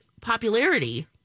popularity